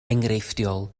enghreifftiol